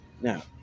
now